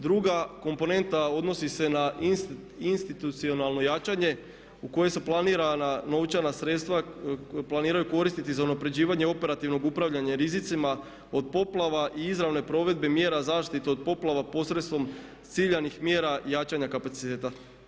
Druga komponenta odnosi se na institucionalno jačanje u koja su planirana novčana sredstva planiraju koristiti za unapređivanje operativnog upravljanja rizicima od poplava i izravne provedbe mjera zaštite od poplava posredstvom ciljanih mjera jačanja kapaciteta.